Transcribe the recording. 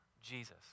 Jesus